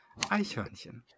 Eichhörnchen